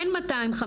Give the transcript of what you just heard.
אין 250,